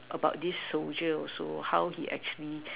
about this soldier also how he actually